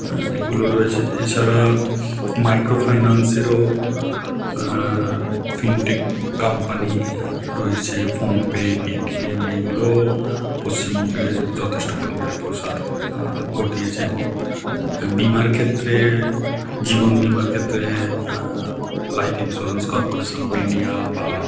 এগুলো রয়েছে এছাড়া মাইক্রো ফাইনান্সেরও ফিনটেক কোম্পানি রয়েছে ফোনপে পেটিএম এগুলো পশ্চিমবঙ্গে যথেষ্ট পরিমাণে প্রসার ঘটিয়েছে এবং বিমার ক্ষেত্রে জীবন বিমার ক্ষেত্রে life insurance corporation of India বা